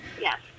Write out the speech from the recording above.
Yes